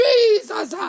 Jesus